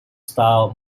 style